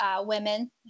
women